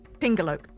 Pingalope